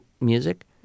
music